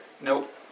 Nope